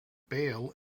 bail